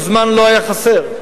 וזמן לא היה חסר,